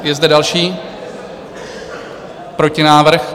Je zde další protinávrh.